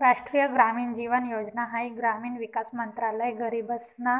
राष्ट्रीय ग्रामीण जीवन योजना हाई ग्रामीण विकास मंत्रालय गरीबसना